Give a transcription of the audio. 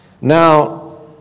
Now